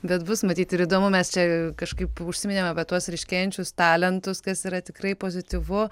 bet bus matyt ir įdomu mes čia kažkaip užsiminėm apie tuos ryškėjančius talentus kas yra tikrai pozityvu